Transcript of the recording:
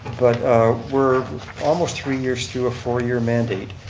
but we're almost three years through a four year mandate.